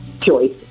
choice